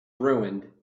ruined